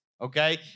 okay